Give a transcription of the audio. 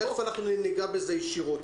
תכף ניגע בזה ישירות.